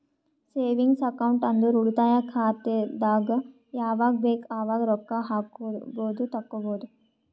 savings account ಅಂದುರ್ ಉಳಿತಾಯ ಖಾತೆದಾಗ್ ಯಾವಗ್ ಬೇಕ್ ಅವಾಗ್ ರೊಕ್ಕಾ ಹಾಕ್ಬೋದು ತೆಕ್ಕೊಬೋದು